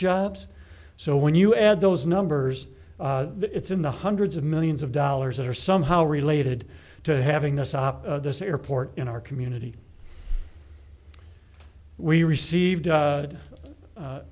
jobs so when you add those numbers it's in the hundreds of millions of dollars that are somehow related to having the stop this airport in our community we received